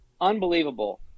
Unbelievable